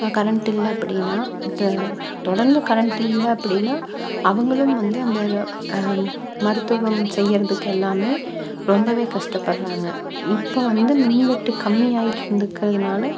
current இல்லை அப்படின்னா இப்போ தொடர்ந்து கரண்டு இல்லை அப்படின்னா அவர்களும் வந்து அந்த மருத்துவம் செய்யறதுக்கு எல்லாமே ரொம்பவே கஷ்டப்படறாங்க இப்போ வந்து மின்வெட்டு கம்மி ஆயிட்டு இருக்கிறதுனால